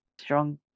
strong